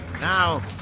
now